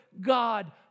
God